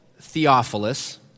Theophilus